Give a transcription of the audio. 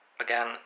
Again